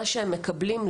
מה שהם מקבלים,